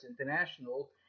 International